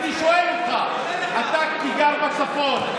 אני שואל אותך, כמי שגר בצפון.